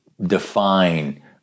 define